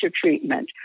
treatment